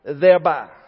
thereby